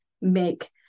make